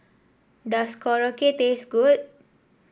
does Korokke taste good